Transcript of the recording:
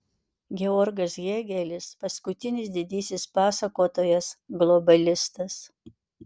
georgas hėgelis paskutinis didysis pasakotojas globalistas